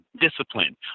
discipline